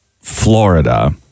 Florida